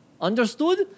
Understood